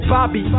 Bobby